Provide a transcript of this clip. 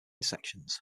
sections